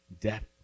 death